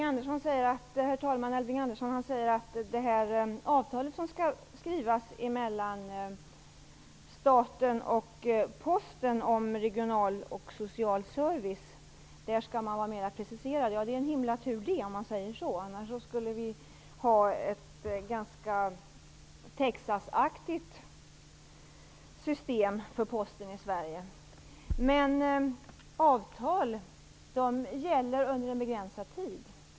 Herr talman! Elving Andersson säger att man skall vara mer preciserad i det avtal mellan staten och Posten om regional och social service som skall skrivas. Det är en himla tur det, om jag säger så. I annat fall skulle vi ha ett ganska Texasaktigt system för posten i Sverige. Avtal gäller under en begränsad tid.